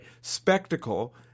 spectacle